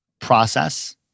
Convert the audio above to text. process